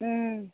ꯎꯝ